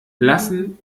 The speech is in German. lassen